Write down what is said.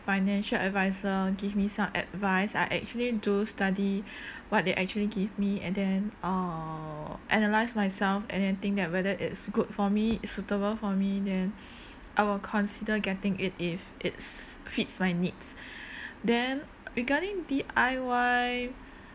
financial advisor give me some advice I actually do study what they actually give me and then err analyse myself and then think that whether it's good for me it's suitable for me then I will consider getting it if it's fits my needs then regarding D_I_Y